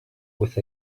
with